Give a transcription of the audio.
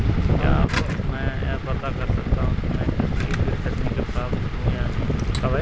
क्या मैं यह पता कर सकता हूँ कि मैं कृषि ऋण ख़रीदने का पात्र हूँ या नहीं?